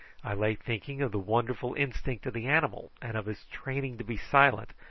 i lay thinking of the wonderful instinct of the animal, and of his training to be silent,